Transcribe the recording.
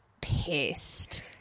pissed